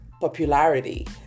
popularity